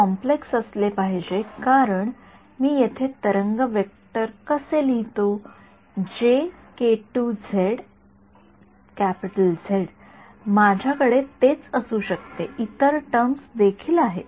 complex असले पाहिजे कारण मी येथे तरंग वेक्टर कसे लिहितो माझ्या कडे तेच असू शकते इतर टर्म्स देखील आहेत